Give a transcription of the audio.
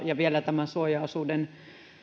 ja vielä tämän suojaosuuden